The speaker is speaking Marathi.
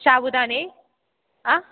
साबुदाणे आ